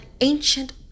ancient